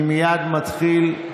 אני מייד מתחיל.